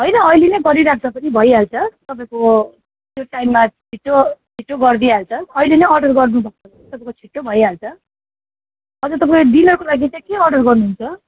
होइन अहिले नै गरिराख्दा पनि भइहाल्छ तपाईँको त्यो टाइममा छिट्टो छिट्टो गरिदिइहाल्छ अहिले नै अर्डर गर्नु भयो भने तपाईँको छिट्टो भइहाल्छ हजुर तपाईँ डिनरको लागि चाहिँ के अर्डर गर्नुहुन्छ